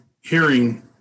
hearing